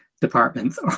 departments